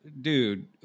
dude